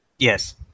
Yes